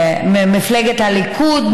ממפלגת הליכוד,